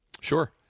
Sure